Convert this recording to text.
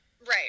Right